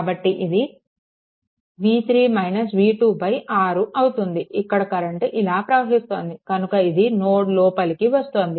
కాబట్టి ఇది 6 అవుతుందిఇక్కడ కరెంట్ ఇలా ప్రవహిస్తోంది కనుక ఇది నోడ్ లోపలికి వస్తోంది